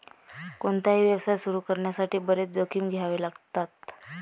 कोणताही व्यवसाय सुरू करण्यासाठी बरेच जोखीम घ्यावे लागतात